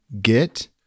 Get